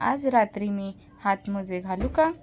आज रात्री मी हातमोजे घालू का